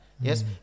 Yes